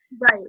Right